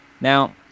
Now